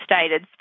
stated